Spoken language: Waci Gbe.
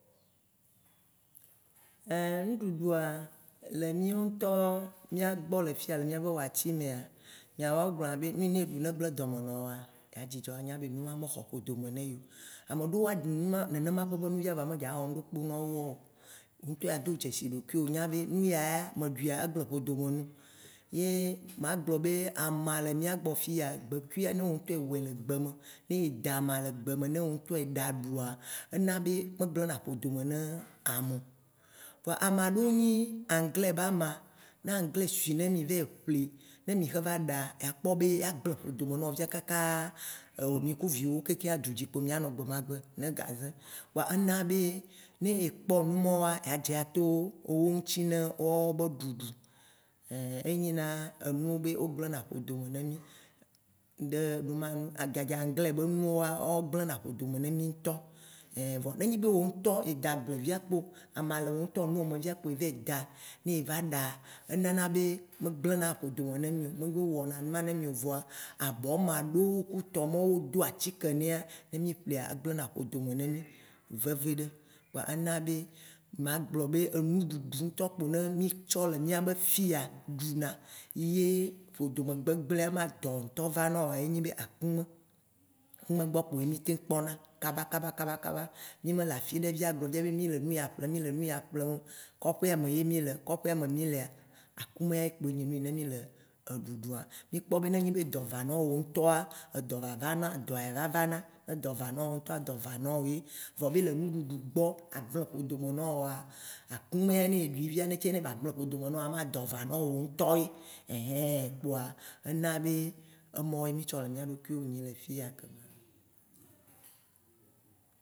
ŋɖuɖua, le mìɔ ŋtɔ mìagbɔ le fiya, le mìabe waci mea, ynawoa wo gblɔna be nu yi ne eɖu ne gblĩ dɔme ne woa, ya dzudzɔ, anya be enuma me xɔ ƒodome ne yi o. Ameɖewo woaɖu nu ma, nenema ƒe be nu vɔa me dza wɔ ŋɖekpo ne woawo ya o. Wo ŋtɔ ye ado dzesi ɖokuiwo anya be nu ya ya me ɖuia, egble ƒodome num. Ye magblɔ be, ama le mìagbɔ fiya, gbekuia ne wò ŋtɔ ewɔe le gbe me. Ye eda ama le gbe me wò ŋtɔ eɖa ɖua, megblena ƒodo me ne ame o. Vɔa amaɖewo nyi anglai ba ma, na anglais sui, ne mì va yi ƒli, va ɖa, akpɔ be agble ƒodome nɔ kaka, mì ku viwowo kekeŋa dzu dzi kpo mìanɔ gbemagbe ne gaze. Kpoa ena be ne ekpɔ nu mɔwoa, eyea dze ato wo ŋti ne wo be ɖuɖu. Ein enyina enuwo ne gblena ƒodo me ne mì. Adzadza anglai be numawoa, wo gblena ƒodo me ne mì ŋtɔ. Vɔ ne nyi be wo ŋtɔ ede agble via kpo, ama le wò ŋtɔ enuwò me via kpo ye va yi da, ne eva ɖa, enana be, megblena ƒodome ne mì o. Me wɔna numa ne mì o vɔa, abɔ maɖo ku tɔ mɔwo wodo atike nɛ, ne mì ƒlia, egblena ƒodome ne mì veviɖe. Kpoa ena magblɔ be, enuɖuɖu ŋtɔ kpo ne mìtsɔ le mìabe fiya ɖuna ye ƒodome gbegblea ba dɔ ŋtɔ va na wo enyi akume, akume gbɔ kpo mìteŋ kpona kaba kaba kaba kaba. Mì me le afiɖe via agblɔ be mì le nuya ƒlem, mì le nuya ƒlem o, kɔƒea me ye mì le, kɔƒea me ye mì lea, akumea ye kpoe nye nu yi ne mì le eɖuɖua. Mì kpɔ be, ne nyi be edɔ va na wò ŋtɔa, edɔ va vana, ne dɔ va na wo ŋtɔa, dɔ va na wo ye. Vɔ be le nuɖuɖu gbɔ agble ƒodome nɔ woa, akume ne ɖui via ne ce ba gblĩ ƒodome newòa, kema dɔ va na wò ŋtɔ ye. Einhĩ, ena be emɔwo ye mì tsɔ le mìa ɖokuiwo nyi le fiya ke ye ma loo.